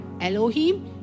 Elohim